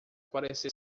parecer